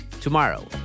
Tomorrow